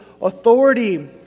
authority